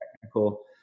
technical